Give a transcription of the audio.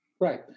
Right